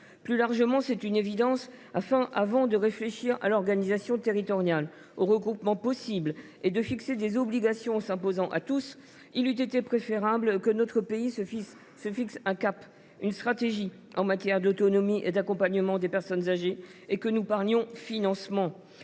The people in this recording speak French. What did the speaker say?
Plus largement, c’est une évidence : avant de réfléchir à l’organisation territoriale, aux regroupements possibles et de fixer des obligations s’imposant à tous, il eût été préférable que notre pays se fixe un cap, une stratégie en matière d’autonomie et d’accompagnement des personnes âgées, et que nous évoquions le financement.